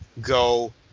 go